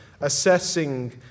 assessing